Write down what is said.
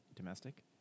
Domestic